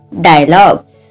dialogues